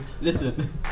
listen